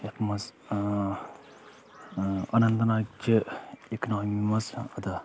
یَتھ منٛز اننت ناگچہِ اِکنامی منٛز ادا